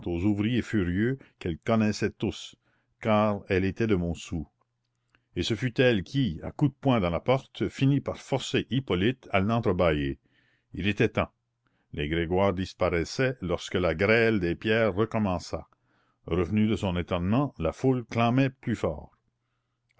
ouvriers furieux qu'elle connaissait tous car elle était de montsou et ce fut elle qui à coups de poing dans la porte finit par forcer hippolyte à l'entrebâiller il était temps les grégoire disparaissaient lorsque la grêle des pierres recommença revenue de son étonnement la foule clamait plus fort